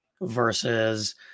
versus